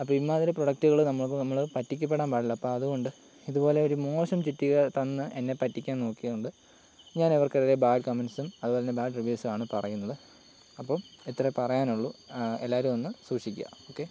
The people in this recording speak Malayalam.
അപ്പോൾ ഇമ്മാതിരി പ്രൊഡക്റ്റുകൾ നമുക്ക് നമ്മൾ പറ്റിക്കപ്പെടാൻ പാടില്ല അപ്പം അതുകൊണ്ട് ഇതുപോലെ ഒരു മോശം ചുറ്റിക തന്ന് എന്നെ പറ്റിക്കാൻ നോക്കിയത് കൊണ്ട് ഞാനവർക്കെതിരെ ബാഡ് കമൻറ്സും അതുപോലെ തന്നെ ബാഡ് റിവ്യൂസു ആണ് പറയുന്നത് അപ്പം ഇത്രയുമെ പറയാനുള്ളൂ എല്ലാവരും ഒന്ന് സൂക്ഷിക്കുക ഓക്കെ